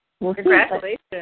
Congratulations